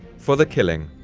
for the killing,